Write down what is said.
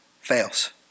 fails